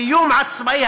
קיום עצמאי.